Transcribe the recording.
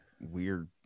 Weird